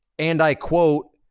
and i quote,